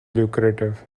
lucrative